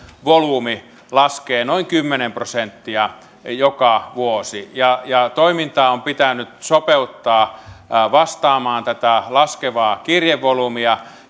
volyymi laskee noin kymmenen prosenttia joka vuosi ja ja on pitänyt sopeuttaa toimintaa vastaamaan tätä laskevaa kirjevolyymia